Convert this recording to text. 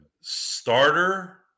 Starter